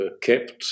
kept